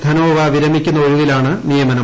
ധനോവ വിരമിക്കുന്ന ഒഴിവിലാണ് നിയമനം